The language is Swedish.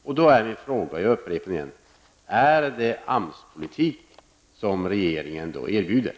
Jag upprepar min fråga: Är det AMS-politik som regeringen då erbjuder?